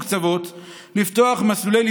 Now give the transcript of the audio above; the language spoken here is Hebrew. ולמעלה מ-90% מדווחים כי נפגעו כלכלית